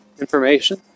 information